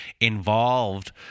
involved